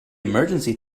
emergency